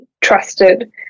trusted